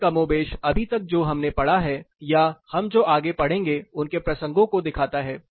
यह कमोबेश अभी तक जो हमने पढ़ा है या हम जो आगे पढ़ेंगे उनके प्रसंगों को दिखाता है